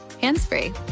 hands-free